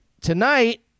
Tonight